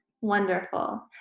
Wonderful